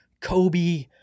Kobe